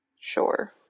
Sure